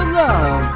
love